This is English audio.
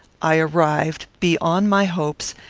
i arrived, beyond my hopes,